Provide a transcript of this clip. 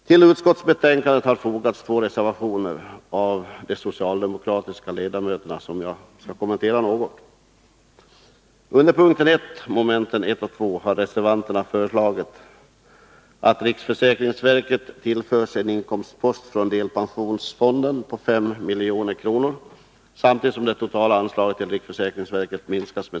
Till utskottsbetänkandet har fogats två reservationer av de socialdemokratiska ledamöterna som jag något skall kommentera.